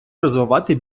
розвивати